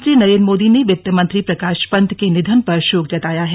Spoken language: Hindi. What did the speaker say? प्रधानमंत्री नरेंद्र मोदी ने वित्त मंत्री प्रकाश पंत के निधन पर शोक जताया है